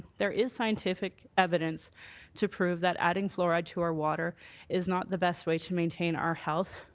there is scientific evidence to prove that adding fluoride to our water is not the best way to maintain our health.